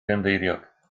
gynddeiriog